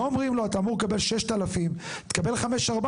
לא אומרים לו אתה אמור לקבל 6,000. תקבל 5,400,